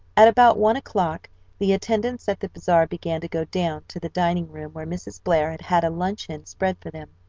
at about one o'clock the attendants at the bazaar began to go down to the dining-room where mrs. blair had had a luncheon spread for them.